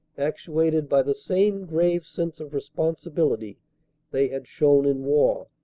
actuated by the same grave sense of responsibility they had shown in war.